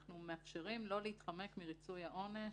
אנחנו מאפשרים לא להתחמק מריצוי העונש.